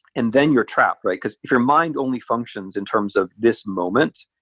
and then you're trapped, right? because if your mind only functions in terms of this moment,